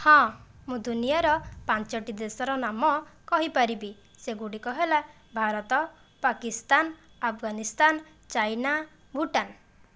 ହଁ ମୁଁ ଦୁନିଆର ପାଞ୍ଚଟି ଦେଶର ନାମ କହିପାରିବି ସେଗୁଡ଼ିକ ହେଲା ଭାରତ ପାକିସ୍ତାନ ଆଫଗାନିସ୍ତାନ ଚାଇନା ଭୁଟାନ